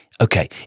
Okay